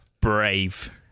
brave